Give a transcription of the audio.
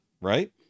right